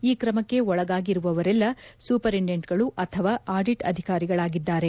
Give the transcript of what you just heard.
ಈ ಕ್ರಮಕ್ಕೆ ಒಳಗಾಗಿರುವವರೆಲ್ಲ ಸೂಪರಿಡೆಂಟ್ಗಳು ಅಥವಾ ಆದಿಟ್ ಅಧಿಕಾರಿಗಳಾಗಿದ್ದಾರೆ